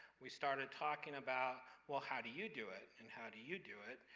we started talking about, well how do you do it? and how do you do it?